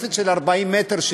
התוספת של 40 מ"ר,